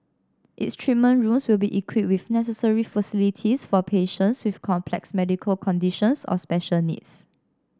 its treatment rooms will be equipped with necessary facilities for patients with complex medical conditions or special needs